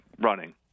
running